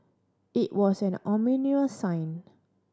it was an ominous sign